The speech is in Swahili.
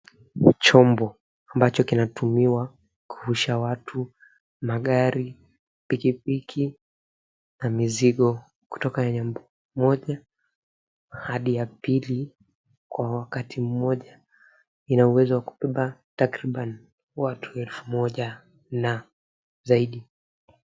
Ni chombo ambacho kinatumiwa kuvusha watu, magari, pikipiki na mizigo kutoka eneo moja hadi ya pili kwa wakati mmoja, lina uwezo wa kubeba takriban watu elfu moja na zaidi.